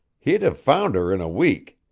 he'd have found her in a week.